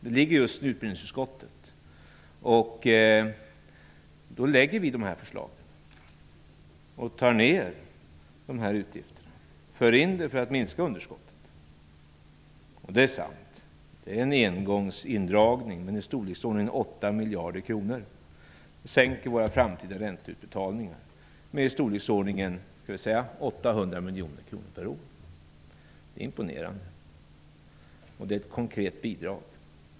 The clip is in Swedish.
De ligger just nu i utbildningsutskottet, där vi lägger förslag som minskar utgifterna. Vi för in våra förslag för att minska underskottet. Det är sant att det är en engångsindragning, men den ligger på i storleksordningen 8 miljarder kronor. Den skulle sänka våra framtida ränteutbetalningar med i storleksordningen cirka 800 miljoner kronor per år. Det är ett imponerande och konkret bidrag.